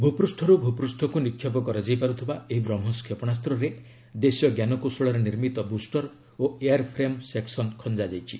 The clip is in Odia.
ଭୂପୃଷରୁ ଭୂପୃଷକୁ ନିକ୍ଷେପ କରାଯାଇପାରୁଥିବା ଏହି ବ୍ରହ୍ମସ କ୍ଷେପଣାସ୍ତ୍ରରେ ଦେଶୀୟ ଜ୍ଞାନକୌଶଳରେ ନିର୍ମିତ ବୁଷ୍ଟର ଓ ଏୟାର୍ ଫ୍ରେମ୍ ସେକ୍ସନ୍ ଖଞ୍ଜା ଯାଇଛି